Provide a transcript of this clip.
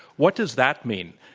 what does that mean?